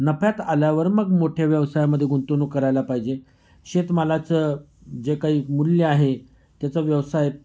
नफ्यात आल्यावर मग मोठ्या व्यवसायामध्ये गुंतवणूक करायला पाहिजे शेतमालाचं जे काही मूल्य आहे त्याचा व्यवसाय